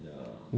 ya